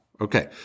Okay